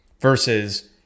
versus